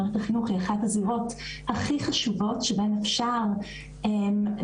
מערכת החינוך היא אחת הזירות הכי חשובות שבהן אפשר ללמד,